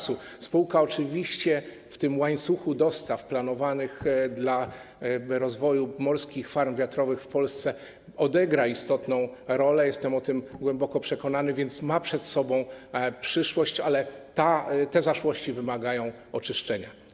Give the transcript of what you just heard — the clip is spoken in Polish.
Spółka oczywiście w tym łańcuchu dostaw planowanych dla rozwoju morskich farm wiatrowych w Polsce odegra istotną rolę, jestem o tym głęboko przekonany, więc ma przed sobą przyszłość, ale te zaszłości wymagają oczyszczenia.